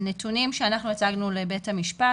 הנתונים שאנחנו הצגנו לבית המשפט